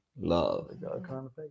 love